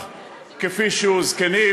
טרור.